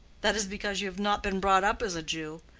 that is because you have not been brought up as a jew.